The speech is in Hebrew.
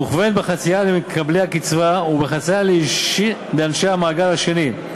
מוכוונת בחצייה למקבלי הקצבה ובחצייה לאנשי המעגל השני,